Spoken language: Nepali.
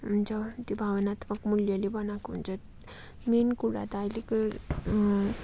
हुन्छ त्यो भावनात्मक मूल्यले बनाएको हुन्छ मेन कुरा त अहिलेको